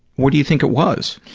what do you think it was?